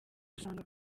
usanga